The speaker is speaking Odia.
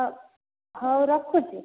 ହଉ ହଉ ରଖୁଛି